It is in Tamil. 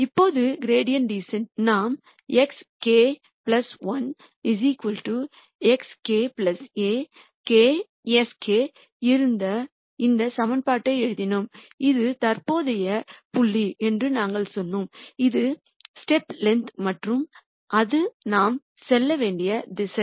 இப்போது கிரேடியண்ட் டிசன்ட் இல் நாம் x k 1 x k α k sk இருந்த இந்த சமன்பாட்டை எழுதினோம் இது தற்போதைய புள்ளி என்று நாங்கள் சொன்னோம் இது ஸ்டேப் லெங்த் மற்றும் இது நாம் செல்ல வேண்டிய திசை